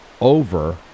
over